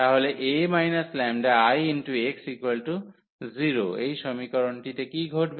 তাহলে A 𝜆𝐼x 0 এই সমীকরণটি তে কী ঘটবে